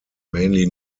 mainly